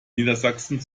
niedersachsen